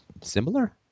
similar